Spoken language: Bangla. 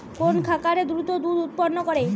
কোন খাকারে দ্রুত দুধ উৎপন্ন করে?